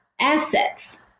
assets